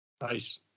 Nice